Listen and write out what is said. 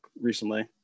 recently